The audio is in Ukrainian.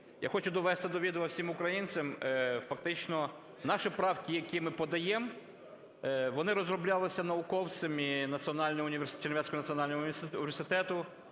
Я хочу довести до відома всіх українців, фактично наші правки, які ми подаємо, вони розроблялися науковцями Чернівецького національного університету.